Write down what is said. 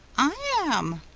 i am!